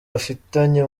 bafitanye